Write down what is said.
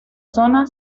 zona